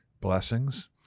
blessings